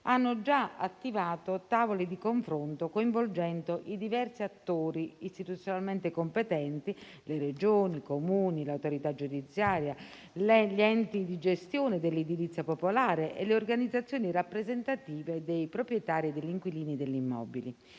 hanno già attivato tavoli di confronto coinvolgendo i diversi attori istituzionalmente competenti: le Regioni, i Comuni, l'autorità giudiziaria, gli enti di gestione dell'edilizia popolare e le organizzazioni rappresentative dei proprietari e degli inquilini degli immobili.